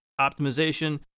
optimization